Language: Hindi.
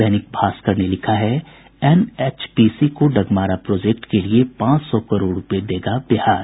दैनिक भास्कर ने लिखा है एनएचपीसी को डगमारा प्रोजेक्ट के लिए पांच सौ करोड़ रूपये देगा बिहार